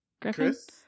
Chris